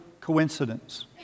coincidence